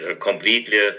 completely